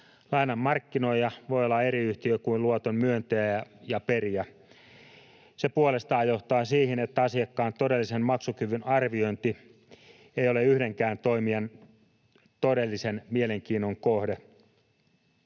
Lainan markkinoija voi olla eri yhtiö kuin luoton myöntäjä ja perijä. Se puolestaan johtaa siihen, että asiakkaan todellisen maksukyvyn arviointi ei ole yhdenkään toimijan todellisen mielenkiinnon kohde.